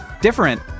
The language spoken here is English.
different